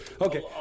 Okay